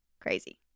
crazy